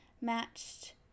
matched